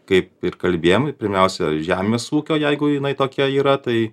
kaip ir kalbėjom pirmiausia žemės ūkio jeigu jinai tokia yra tai